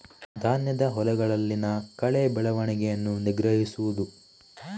ಧಾನ್ಯದ ಹೊಲಗಳಲ್ಲಿನ ಕಳೆ ಬೆಳವಣಿಗೆಯನ್ನು ನಿಗ್ರಹಿಸುವುದು